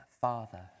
Father